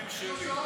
יש לי שיקולים שלי.